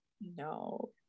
no